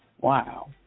Wow